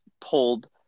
pulled